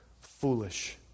foolish